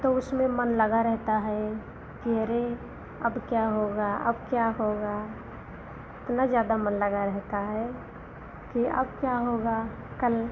तो उसमें मन लगा रहता है कि अरे अब क्या होगा अब क्या होगा इतना ज़्यादा मन लगा रहता है कि अब क्या होगा कल